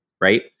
right